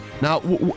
Now